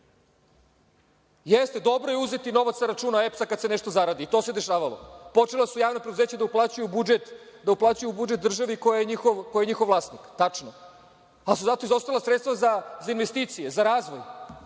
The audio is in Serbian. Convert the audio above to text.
Jeste, dobro je uzeti novac sa računa EPS-a kada se nešto zaradi, i to se dešavalo. Počela su javna preduzeća da uplaćuju u budžet državi koja je njihov vlasnik. Tačno. Ali zato su izostala sredstva za investicije, za razvoj.